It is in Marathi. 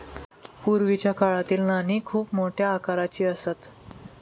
पूर्वीच्या काळातील नाणी खूप मोठ्या आकाराची असत